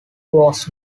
was